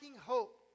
hope